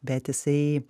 bet jisai